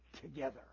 together